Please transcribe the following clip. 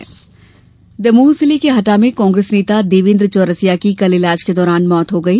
दमोह हत्या दमोह जिले के हटा में कांग्रेस नेता देवेंद्र चौरसिया की कल ईलाज के दौरान मौत हो गयी